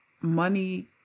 Money